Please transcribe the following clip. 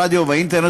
ברדיו ובאינטרנט,